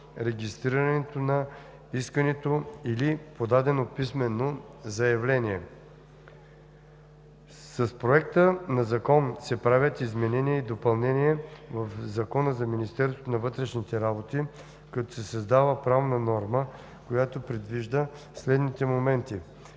регистрирането на искането или подадено писмено заявление. Със Законопроекта се правят изменения и допълнения в Закона за Министерството на вътрешните работи, като се създава правна норма, която предвижда следните моменти: